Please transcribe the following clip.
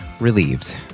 relieved